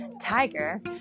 tiger